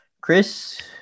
Chris